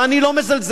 ואני לא מזלזל,